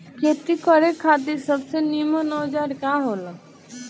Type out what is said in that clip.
खेती करे खातिर सबसे नीमन औजार का हो ला?